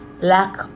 lack